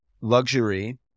luxury